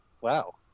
Wow